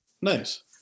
Nice